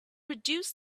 reduce